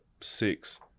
six